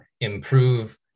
improve